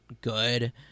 good